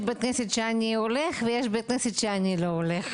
יש בתי כנסת שאני הולך ויש בתי כנסת שאני לא הולך.